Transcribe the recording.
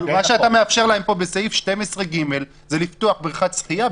אתה מאפשר להם בסעיף 12ג לפתוח בריכת שחיה,